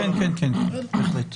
השר, אני רוצה